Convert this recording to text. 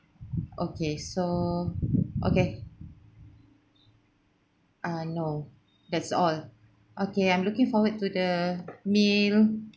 okay so okay ah no that's all okay I'm looking forward to the meal